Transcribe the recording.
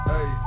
Hey